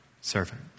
servant